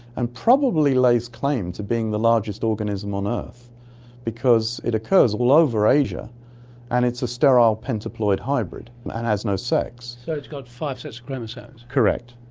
and probably lays claim to being the largest organism on earth because it occurs all over asia and it's a sterile pentaploid hybrid and and has no sex. so it's got five sets of chromosomes? correct.